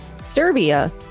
Serbia